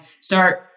start